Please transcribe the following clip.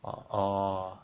oh orh